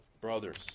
Brothers